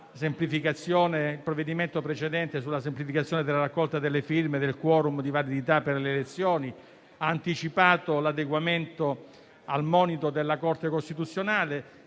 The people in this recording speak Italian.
semplificazione della raccolta delle firme del *quorum* di validità per le elezioni e ha anticipato l'adeguamento al monito della Corte costituzionale;